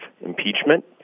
impeachment